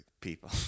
people